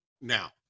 now